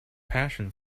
passion